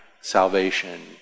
salvation